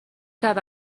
شود